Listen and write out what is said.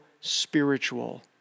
spiritual